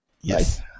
Yes